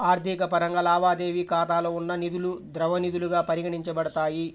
ఆర్థిక పరంగా, లావాదేవీ ఖాతాలో ఉన్న నిధులుద్రవ నిధులుగా పరిగణించబడతాయి